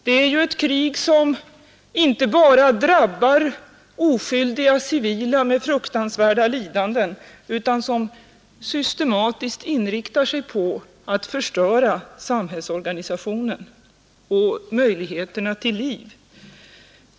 Det är ju ett krig som inte bara drabbar oskyldiga civila med fruktansvärda lidanden utan som systematiskt inriktar sig på att förstöra samhällsorganen och möjligheterna till liv.